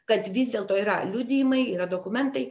kad vis dėlto yra liudijimai yra dokumentai